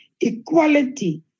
equality